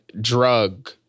drug